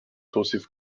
توصیف